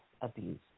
abuse